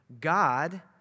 God